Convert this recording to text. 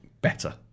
better